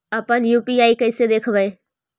अपन यु.पी.आई कैसे देखबै?